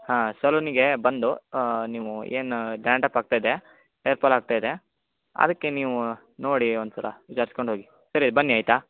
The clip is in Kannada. ಹಾಂ ಸಲೂನಿಗೆ ಬಂದು ನೀವು ಏನು ಡ್ಯಾಂಡ್ರಪ್ ಆಗ್ತಯಿದೆ ಹೇರ್ ಪಾಲ್ ಆಗ್ತಾಯಿದೆ ಅದಕ್ಕೆ ನೀವು ನೋಡಿ ಒಂದುಸಲ ವಿಚಾರ್ಸ್ಕೊಂಡು ಹೋಗಿ ಸರಿ ಬನ್ನಿ ಆಯಿತಾ